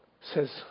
says